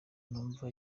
numva